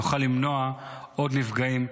נוכל למנוע עוד נפגעים,